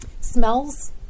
smells